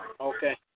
okay